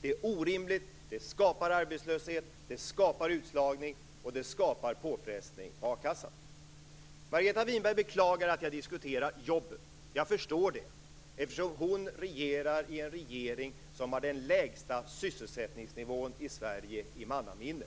Det är orimligt. Det skapar arbetslöshet. Det skapar utslagning. Det skapar påfrestning på akassan. Margareta Winberg beklagar att jag diskuterar jobben. Jag förstår det eftersom hon sitter i en regering som har den lägsta sysselsättningsnivån i Sverige i mannaminne.